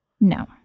No